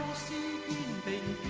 see the